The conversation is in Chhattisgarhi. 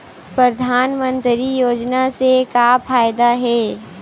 परधानमंतरी योजना से का फ़ायदा हे?